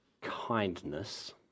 kindness